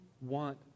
want